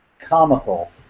comical